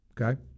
Okay